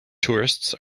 tourists